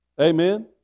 Amen